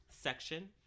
section